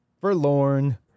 forlorn